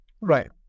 Right